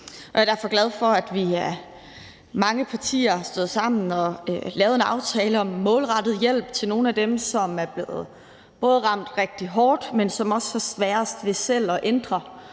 jeg er derfor glad for, at vi er mange partier, der har stået sammen og lavet en aftale om målrettet hjælp til nogle af dem, som både er blevet ramt rigtig hårdt, men som også har sværest ved selv at ændre